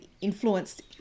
influenced